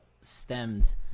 stemmed